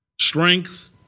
Strength